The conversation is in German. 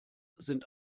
sind